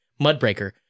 Mudbreaker